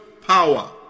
power